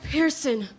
Pearson